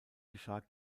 geschah